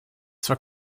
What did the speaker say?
zwar